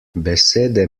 besede